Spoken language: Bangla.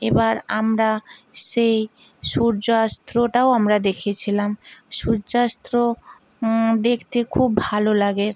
এবার আমরা সেই সূর্যাস্তটাও আমরা দেখেছিলাম সূর্যাস্ত দেখতে খুব ভালো লাগে